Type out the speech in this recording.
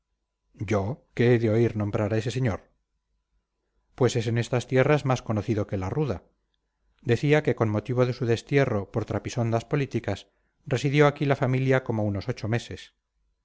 yo qué he de oír nombrar a ese señor pues es en estas tierras más conocido que la ruda decía que con motivo de su destierro por trapisondas políticas residió aquí la familia como unos ocho meses